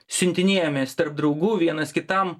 siuntinėjamės tarp draugų vienas kitam